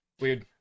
Weird